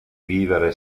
vivere